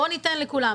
בוא ניתן לכולם.